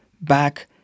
back